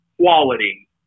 quality